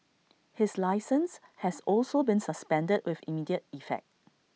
his licence has also been suspended with immediate effect